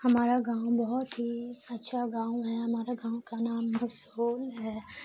ہمارا گاؤں بہت ہی اچھا گاؤں ہے ہمارا گاؤں کا نام مشہور ہے